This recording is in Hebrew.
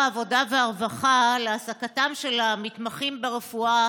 העבודה והרווחה להעסקתם של המתמחים ברפואה